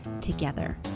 together